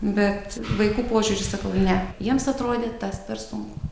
bet vaikų požiūris sakau ne jiems atrodė tas per sunku